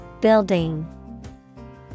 Building